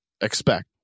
expect